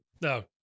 No